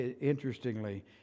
interestingly